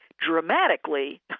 dramatically